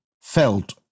felt